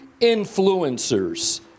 influencers